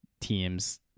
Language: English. teams